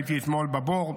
הייתי אתמול בבור,